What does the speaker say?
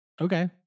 Okay